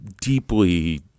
deeply